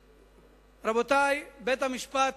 רבותי, בית-המשפט